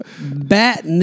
Bat